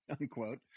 unquote